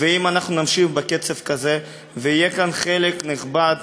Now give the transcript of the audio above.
ואם אנחנו נמשיך בקצב כזה ויהיה כאן חלק נכבד